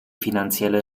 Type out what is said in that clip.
finanzielle